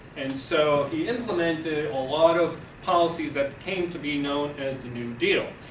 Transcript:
and so he implemented a lot of policies that came to be known as the new deal.